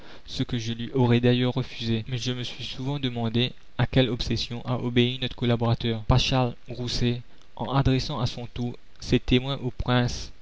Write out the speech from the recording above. ce que je lui aurais d'ailleurs refusé mais je me suis souvent demandé à quelle obsession a obéi notre collaborateur paschal grousset en adressant à son tour ses témoins au prince